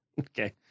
okay